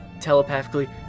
Telepathically